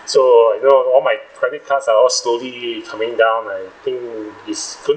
so you know all my credit cards are slowly coming down I think it's good